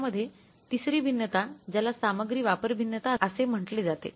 यामध्ये तिसरी भिन्नता ज्याला सामग्री वापर भिन्नता असे म्हटले जाते